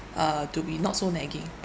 uh to be not so nagging